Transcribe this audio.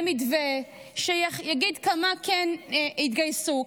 למתווה שיגיד כמה כן יתגייסו,